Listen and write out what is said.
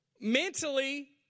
Mentally